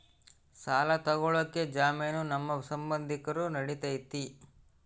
ಸಾಲ ತೊಗೋಳಕ್ಕೆ ಜಾಮೇನು ನಮ್ಮ ಸಂಬಂಧಿಕರು ನಡಿತೈತಿ?